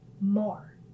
more